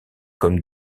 comme